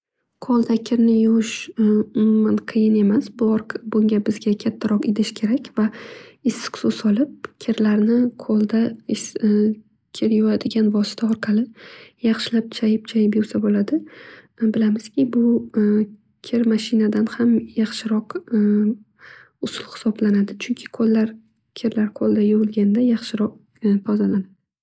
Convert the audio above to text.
Qo'lda kirni yuvish umuman qiyin emas. Bunga bizga kattaroq idish kerak va issiq suv solib kirlarni qo'lda kir yuvadigan vosita orqali yaxshilab chayib chayib yuvsa bo'ladi. Bilamizki, bu kirmashinadan ham yaxshiroq usul hisoblanadi chunki kirlar qo'lda yuvilganda yaxshiroq tozalanadi.